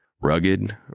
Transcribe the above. Rugged